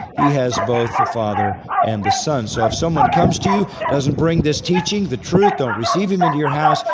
he has both the father and the son. so if someone comes to you, doesn't bring this teaching the truth, don't receive him into your house,